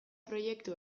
proiektu